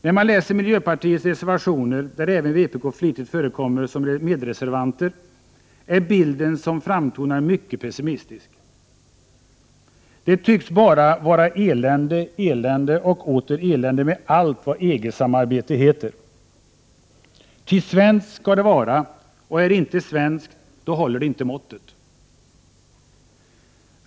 När man läser miljöpartiets reservationer, där även vpk flitigt förekommer som medreservanter, är den bild som framtonar mycket pessimistisk. Det tycks bara vara elände, elände och åter elände med allt vad EG-samarbete heter. Ty svenskt skall det vara, och är det inte svenskt håller det inte måttet.